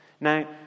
Now